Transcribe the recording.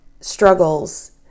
struggles